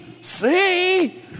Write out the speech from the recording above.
see